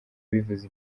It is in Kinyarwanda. bivuze